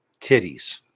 titties